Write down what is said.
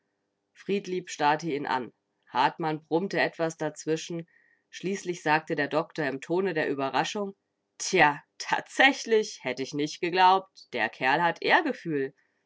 friedlieb starrte ihn an hartmann brummte etwas dazwischen schließlich sagte der doktor im tone der überraschung tja tatsächlich hätt ich nich geglaubt der kerl hat ehrgefühl